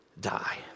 die